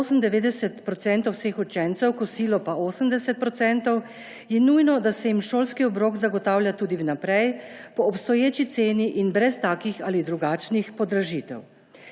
98 % vseh učencev, na kosilo pa 80 %, je nujno, da se jim šolski obrok zagotavlja tudi vnaprej po obstoječi ceni in brez takih ali drugačnih podražitev.